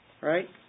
Right